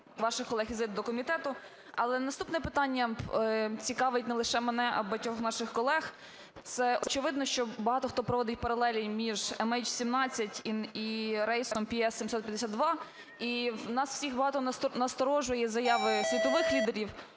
ваших колег до комітету. Але наступне питання цікавить не лише мене, а багатьох наших колег. Це очевидно, що багато хто проводить паралелі між МН17 і рейсом PS752. І нас всіх насторожує заяви світових лідерів